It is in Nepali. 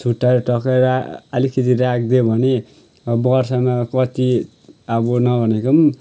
छुट्टाएर ठक्कै अलिकति राखिदियो भने वर्षमा कति अब नभनेको पनि